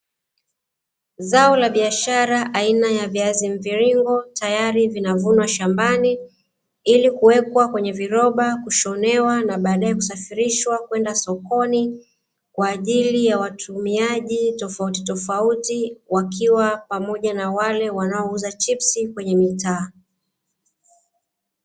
Zao la biashara aina ya viazi mviringo tayari vinavunwa shambani, ili kuwekwa kwenye viroba, kushonewa na baadaye kusafirishwa kwenda sokoni kwa ajili ya watumiaji tofauti tofauti wakiwa pamoja na wale wanaouza chipsi kwenye mitaa.